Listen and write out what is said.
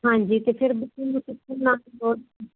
ਹਾਂਜੀ ਅਤੇ ਫਿਰ ਨਾ